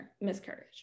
miscarriage